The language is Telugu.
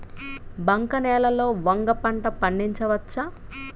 బంక నేలలో వంగ పంట పండించవచ్చా?